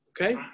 Okay